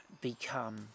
Become